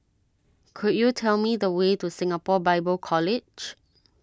could you tell me the way to Singapore Bible College